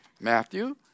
Matthew